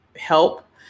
help